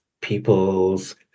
people's